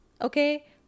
Okay